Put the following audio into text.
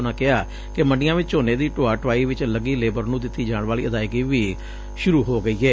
ਉਨੂਾ ਕਿਹਾ ਕਿ ਮੰਡੀਆਂ ਵਿੱਚ ਝੋਨੇ ਦੀ ਢੋਆ ਢੁਆਈ ਵਿੱਚ ਲੱਗੀ ਲੇਬਰ ਨੂੰ ਦਿੱਤੀ ਜਾਣ ਵਾਲੀ ਅਦਾਇਗੀ ਵੀ ਸ਼ੁਰੂ ਹੋ ਗਈ ਏ